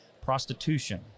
prostitution